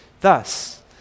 Thus